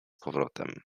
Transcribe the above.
powrotem